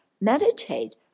meditate